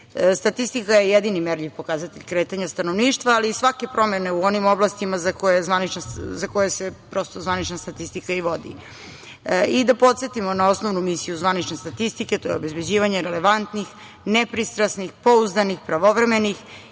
godine. Statistika je jedini merni pokazatelj kretanja stanovništva, ali svake promene u onim oblastima za koje se prosto zvanična statistika vodi. Da podsetimo na osnovnu misiju zvanične statistike, to je obezbeđivanje relevantnih, nepristrasnih, pouzdanih, pravovremenih